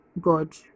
God